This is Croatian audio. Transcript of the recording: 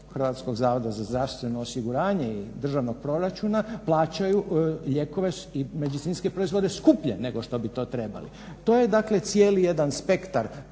Hrvatskog zavoda za zdravstveno osiguranje i državnog proračunu plaćaju lijekove i medicinske proizvode skuplje nego što bi to trebali. To je dakle cijeli jedan spektar